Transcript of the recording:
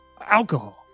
Alcohol